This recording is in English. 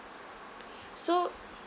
so